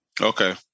Okay